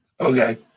Okay